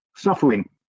Suffering